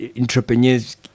entrepreneurs